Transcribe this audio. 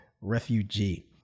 refugee